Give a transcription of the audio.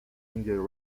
india